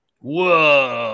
Whoa